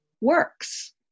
works